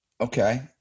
Okay